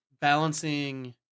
balancing